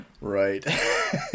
Right